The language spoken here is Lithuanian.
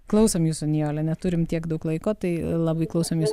klausom jūsų nijole neturim tiek daug laiko tai labai klausomės